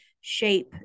shape